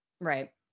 right